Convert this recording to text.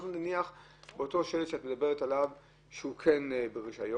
נניח שאותו שלט שאת מדברת עליו הוא כן ברישיון,